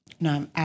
No